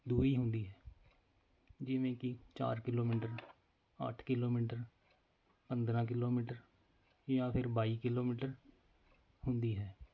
ਦੂਰੀ ਹੁੰਦੀ ਜਿਵੇਂ ਕਿ ਚਾਰ ਕਿਲੋਮੀਟਰ ਅੱਠ ਕਿਲੋਮੀਟਰ ਪੰਦਰ੍ਹਾਂ ਕਿਲੋਮੀਟਰ ਜਾਂ ਫਿਰ ਬਾਈ ਕਿਲੋਮੀਟਰ ਹੁੰਦੀ ਹੈ